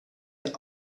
ihr